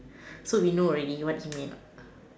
so we know already what he meant lah